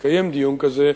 יתקיים דיון כזה.